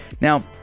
now